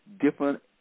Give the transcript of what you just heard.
different